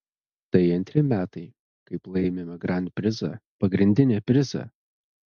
tai antri metai kaip laimime grand prizą pagrindinį prizą